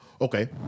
Okay